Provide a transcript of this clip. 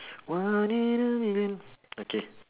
one in a million okay